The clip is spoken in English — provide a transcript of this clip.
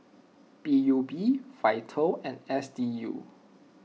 P U B Vital and S D U